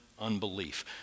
unbelief